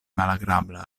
malagrabla